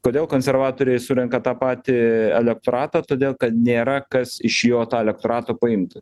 kodėl konservatoriai surenka tą patį elektoratą todėl kad nėra kas iš jo tą elektoratą paimtų